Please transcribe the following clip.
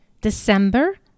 December